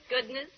goodness